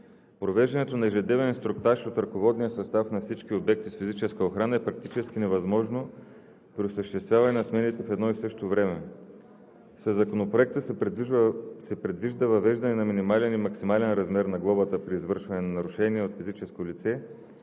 Провеждането на ежедневен инструктаж от ръководния състав на всички обекти с физическа охрана е практически невъзможно при осъществяване на смените в едно и също време. Със Законопроекта се предвижда въвеждане на минимален и максимален размер на глобата при извършване на нарушение от физическо лице,